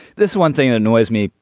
this one thing annoys me.